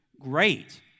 Great